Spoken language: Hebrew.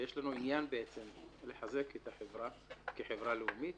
ויש לנו עניין לחזק את החברה כחברה לאומית.